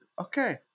Okay